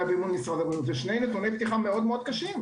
באמון משרד הבריאות - אלה שני נתוני פתיחה מאוד קשים.